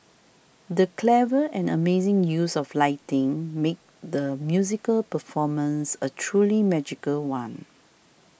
the clever and amazing use of lighting made the musical performance a truly magical one